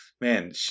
Man